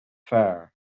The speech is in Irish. fearr